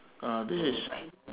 ah this is